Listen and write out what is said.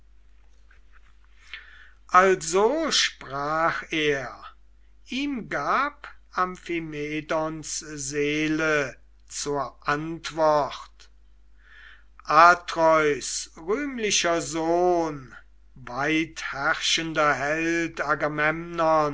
also sprach er ihm gab amphimedons seele zur antwort atreus rühmlicher sohn weitherrschender held